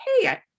Hey